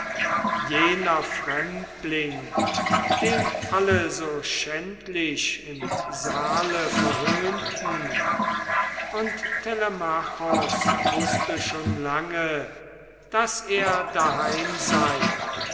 jener fremdling den alle so schändlich im saale verhöhnten und telemachos wußte schon lange daß er daheim sei